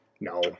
No